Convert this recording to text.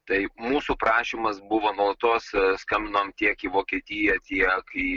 tai mūsų prašymas buvo nuolatos skambinom tiek į vokietiją tiek į